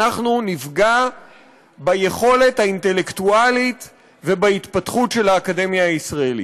אנחנו נפגע ביכולת האינטלקטואלית ובהתפתחות של האקדמיה הישראלית.